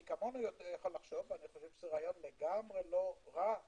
מי כמונו יכול לחשוב ואני חושב שזה רעיון לגמרי לא רע